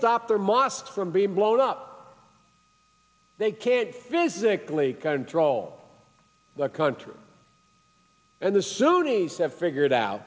stop their mosques from being blown up they can't physically control the country and the sunni's have figured out